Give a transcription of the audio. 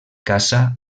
caça